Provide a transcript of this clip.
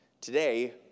Today